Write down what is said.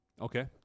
Okay